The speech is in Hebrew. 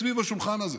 סביב השולחן הזה.